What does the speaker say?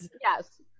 Yes